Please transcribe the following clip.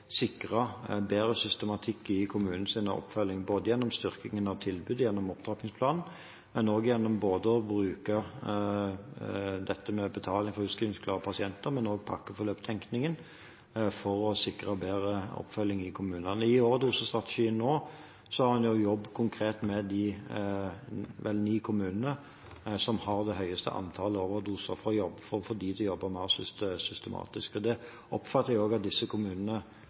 sikre bedre systematikk i kommunenes oppfølging, både ved en styrking av tilbud gjennom opptrappingsplanen, ved bruk av dette med betaling for utskrivningsklare pasienter, og også ved pakkeforløpstenkningen, for å sikre bedre oppfølging i kommunene. I overdosestrategien nå har en jobbet konkret med de vel ni kommunene som har det høyeste antallet overdoser, for å få dem til å jobbe mer systematisk. Men det oppfatter jeg også at disse kommunene gjør. Det er den type tiltak vi må se på om vi kan forsterke og